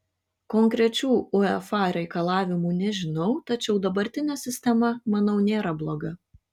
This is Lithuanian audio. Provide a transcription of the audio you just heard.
konkrečių uefa reikalavimų nežinau tačiau dabartinė sistema manau nėra bloga